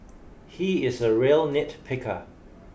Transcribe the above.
he is a real nitpicker